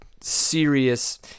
serious